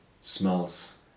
smells